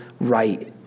right